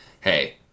Hey